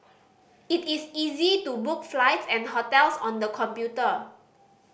it is easy to book flights and hotels on the computer